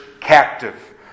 captive